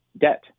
debt